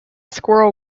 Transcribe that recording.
squirrel